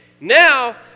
now